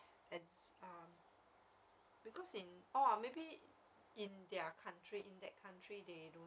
average aggregate or the predicted gra~ aggregate hor